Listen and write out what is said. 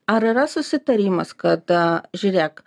ar yra susitarimas kad žiūrėk